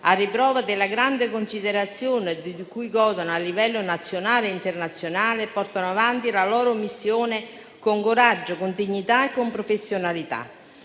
a riprova della grande considerazione di cui godono a livello nazionale e internazionale, portano avanti la loro missione con coraggio, con dignità e con professionalità.